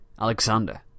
Alexander